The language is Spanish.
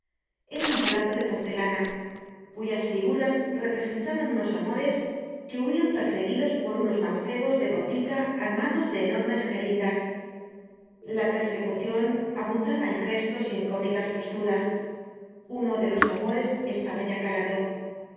era un plato de porcelana cuyas figuras representaban unos amores que huían perseguidos por unos mancebos de botica armados de enormes geringas la persecucion abundaba en gestos y en cómicas posturas uno de los amores estaba ya calado